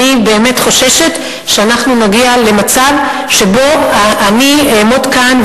אני באמת חוששת שאנחנו נגיע למצב שבו אני אעמוד כאן,